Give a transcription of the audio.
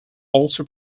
also